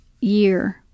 year